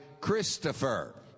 Christopher